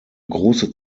große